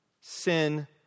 Sin